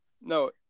No